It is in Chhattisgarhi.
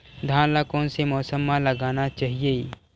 धान ल कोन से मौसम म लगाना चहिए?